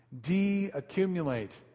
De-accumulate